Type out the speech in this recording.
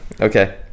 Okay